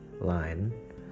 line